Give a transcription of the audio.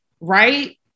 Right